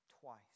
twice